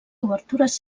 obertures